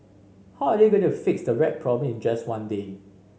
how are they going to fix the rat problem in just one day